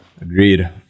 Agreed